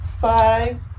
five